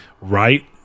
right